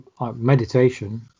meditation